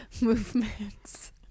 movements